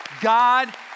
God